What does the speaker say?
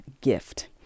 gift